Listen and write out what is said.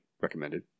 recommended